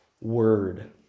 word